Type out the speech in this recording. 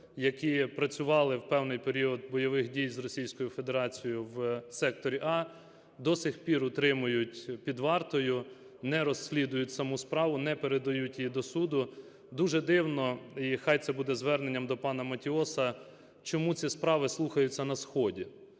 які працювали у певний період бойових дій з Російською Федерацією у секторі А, до сих пір утримують під вартою, не розслідують саму справу, не передають її суду. Дуже дивно, і нехай це буде звернення до пана Матіоса, чому ці справи слухаються на сході.